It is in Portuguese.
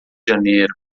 janeiro